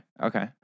Okay